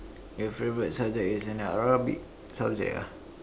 your favorite subject is an Arabic subject ah